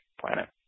planet